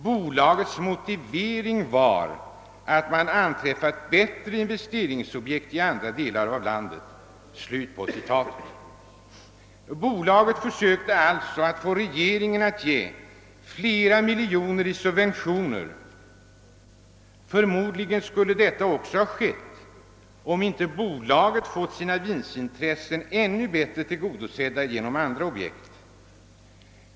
Bolagets motivering var att man anträffat bättre investeringsobjekt i andra delar av landet.» Bolaget försökte alltså få regeringen att ge flera miljoner kronor i subventioner. Förmodligen skulle detta också ha skett, om inte bolaget fått sina vinstintressen ännu bättre tillgodosedda genom andra objekt.